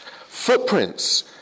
footprints